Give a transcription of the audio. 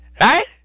right